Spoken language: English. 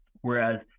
whereas